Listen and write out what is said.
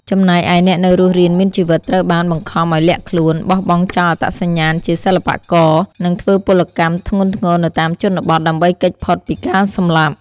ចំណែកឯអ្នកនៅរស់រានមានជីវិត ត្រូវបាន បង្ខំឱ្យលាក់ខ្លួន បោះបង់ចោលអត្តសញ្ញាណជាសិល្បករ និងធ្វើពលកម្មធ្ងន់ធ្ងរនៅតាមជនបទ ដើម្បីគេចផុតពីការសម្លាប់។